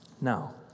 Now